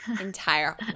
entire